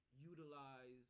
utilize